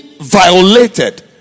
violated